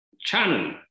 channel